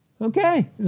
Okay